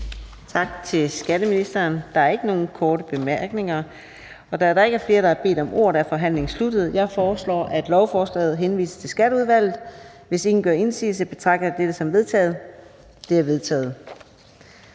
Tak til skatteministeren. Der er ikke nogen korte bemærkninger. Da der ikke er flere, der har bedt om ordet, er forhandlingen sluttet. Jeg foreslår, at lovforslaget henvises til Skatteudvalget. Hvis ingen gør indsigelse, betragter jeg det som vedtaget. Det er vedtaget.